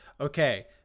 okay